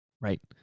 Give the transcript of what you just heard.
Right